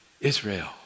Israel